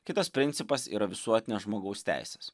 kitas principas yra visuotinės žmogaus teisės